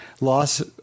loss